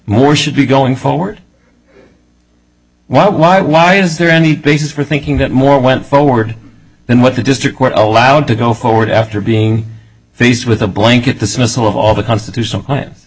more should be going forward why why why is there any basis for thinking that more went forward than what the district court o allowed to go forward after being faced with a blanket dismissal of all the constitutional clients